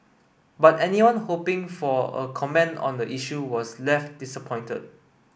but anyone hoping for a comment on the issue was left disappointed